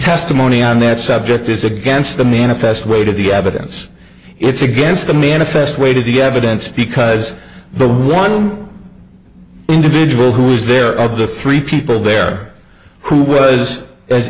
testimony on that subject is against the manifest weight of the evidence it's against the manifest weight of the evidence because the one individual who was there of the three people there who was as